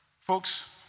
Folks